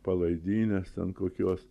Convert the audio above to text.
palaidinės ten kokios